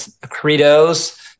credos